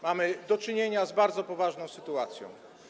Mamy do czynienia z bardzo poważną sytuacją.